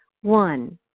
One